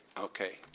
okay.